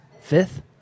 fifth